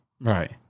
Right